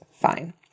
fine